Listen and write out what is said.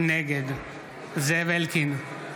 נגד זאב אלקין,